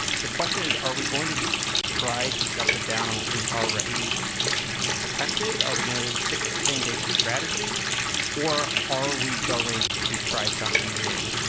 the question is, are we going to just try to double down on what we've already attempted? are we going to stick with the same basic strategy or are we going to try something new?